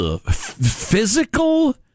Physical